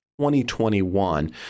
2021